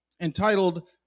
entitled